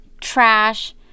trash